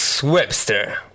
Webster